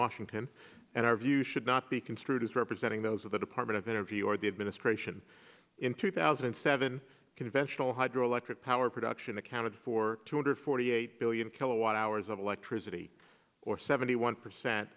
washington and our view should not be construed as representing those of the department of energy or the administration in two thousand and seven conventional hydroelectric power production accounted for two hundred forty eight billion kilowatt hours of electricity or seventy one percent